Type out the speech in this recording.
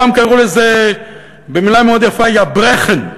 פעם קראו לזה במילה מאוד יפה "יא, ברעכן"